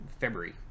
February